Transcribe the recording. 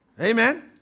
Amen